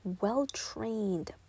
well-trained